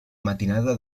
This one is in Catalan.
matinada